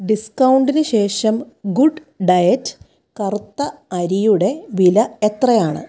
ഡിസ്കൗണ്ടിന് ശേഷം good diet കറുത്ത അരിയുടെ വില എത്രയാണ്